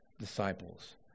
disciples